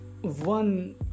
one